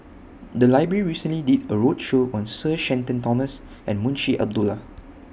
The Library recently did A roadshow on Sir Shenton Thomas and Munshi Abdullah